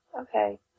Okay